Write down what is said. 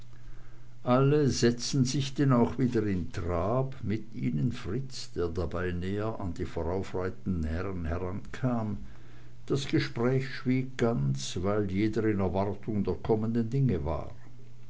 alle setzten sich denn auch wieder in trab mit ihnen fritz der dabei näher an die voraufreitenden herren herankam das gespräch schwieg ganz weil jeder in erwartung der kommenden dinge war